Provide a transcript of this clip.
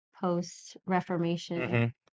post-Reformation